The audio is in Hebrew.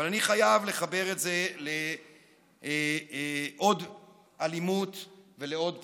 אבל אני חייב לחבר את זה לעוד אלימות ולעוד פשעים,